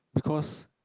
because